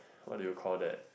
what do you called that